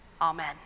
Amen